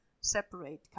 separate